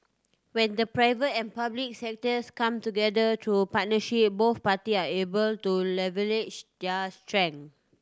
when the private and public sectors come together through partnership both party are able to leverage their strength